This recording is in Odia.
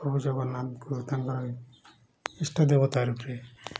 ପ୍ରଭୁ ଜଗନ୍ନାଥଙ୍କୁ ତାଙ୍କର ଇଷ୍ଟଦେବତା ରୂପେ